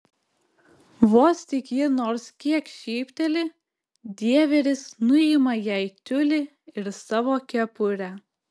vos tik ji nors kiek šypteli dieveris nuima jai tiulį ir savo kepurę